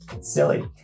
silly